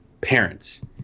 parents